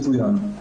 מצוין.